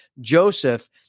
Joseph